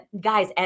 Guys